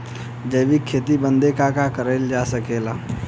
जैविक खेती बदे का का करल जा सकेला?